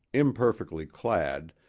imperfectly clad,